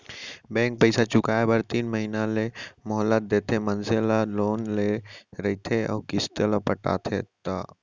bank पइसा चुकाए बर तीन महिना के मोहलत देथे मनसे ला लोन ले रहिथे अउ किस्ती ल पटाय ता